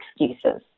excuses